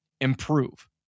improve